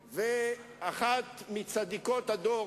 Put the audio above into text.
ושעה וארבע דקות על הפגרה,